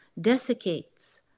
desiccates